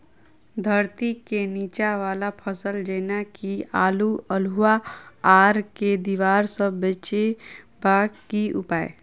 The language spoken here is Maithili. धरती केँ नीचा वला फसल जेना की आलु, अल्हुआ आर केँ दीवार सऽ बचेबाक की उपाय?